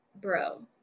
bro